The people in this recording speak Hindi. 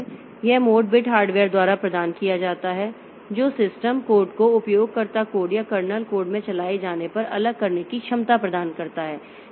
तो यह मोड बिट हार्डवेयर द्वारा प्रदान किया जाता है जो सिस्टम कोड को उपयोगकर्ता कोड या कर्नेल कोड में चलाए जाने पर अलग करने की क्षमता प्रदान करता है